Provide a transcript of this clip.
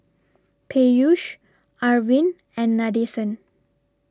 Peyush Arvind and Nadesan